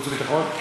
אבל